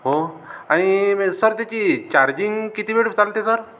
हो आणि सर त्याची चार्जिंग किती वेळ चालते सर